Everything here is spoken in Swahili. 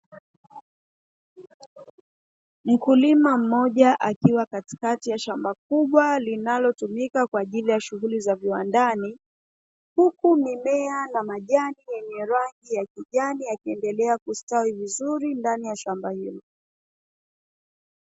Mkulima mmoja akiwa katikati ya shamba kubwa linalotumika kwa ajili ya shughuli za viwandani, huku mimea na majani yenye rangi ya kijani yakiendelea kustawi vizuri ndani ya shamba hilo.